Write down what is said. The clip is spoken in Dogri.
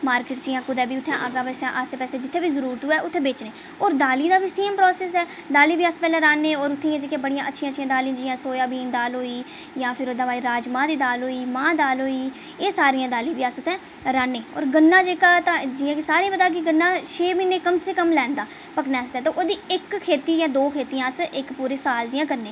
मार्किट च जां कुदै बी उत्थें अग्गें पिच्छें जि'त्थें बी जरूरत होऐ उ'त्थें बेचने होर दालीं दा बी सेम प्रोसेस ऐ दालीं बी अस पैह्लें अस रहाने होर उ'त्थें दियां जेह्कियां बड़ी अच्छी अच्छी दालीं जि'यां सोयाबीन दाल होई जां फिर ओह्दे बाद च फिर राजमांह् दी दाल होई मांह् दाल होई एह् सारियां दालीं बी अस उ'त्थें रहाने होर गन्ना जेह्का ऐ ते जि'यां कि सारें ई पता ऐ गन्ना छे म्हीनें कम से कम लैंदा पकने आस्तै ते ओह्दियां इक खेत्ती जां दो खेत्तियां अस पूरे साल दियां करने